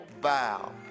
bow